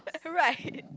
correct